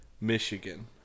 Michigan